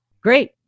Great